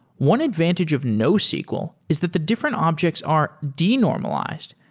one advantage of nosql is that the different objects are de-normalized,